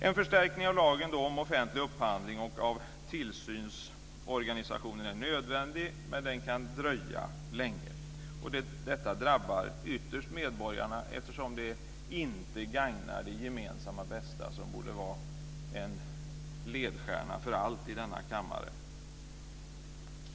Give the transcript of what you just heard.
En förstärkning av lagen om offentlig upphandling och av tillsynsorganisationen är nödvändig, men den kan dröja länge. Detta drabbar ytterst medborgarna, eftersom det inte gagnar det gemensamma bästa som borde vara en ledstjärna för allt i denna kammare.